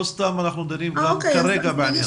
לא סתם אנחנו דנים כרגע בעניין.